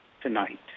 tonight